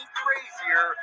crazier